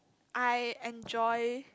I enjoy